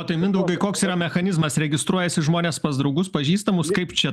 o mindaugai koks yra mechanizmas registruojasi žmonės pas draugus pažįstamus kaip čia